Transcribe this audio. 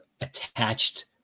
attached